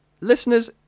listeners